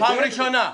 פעם ראשונה.